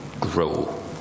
grow